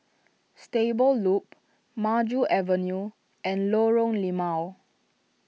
Stable Loop Maju Avenue and Lorong Limau